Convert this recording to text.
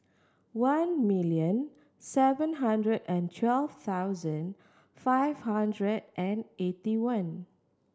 one million seven hundred and twelve thousand five hundred and eighty one